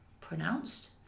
pronounced